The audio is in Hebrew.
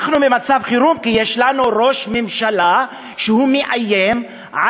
אנחנו במצב חירום כי יש לנו ראש ממשלה שמאיים על